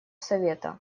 совета